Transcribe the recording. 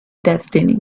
destiny